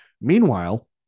meanwhile